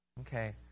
Okay